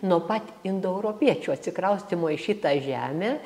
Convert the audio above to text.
nuo pat indoeuropiečių atsikraustymo į šitą žemę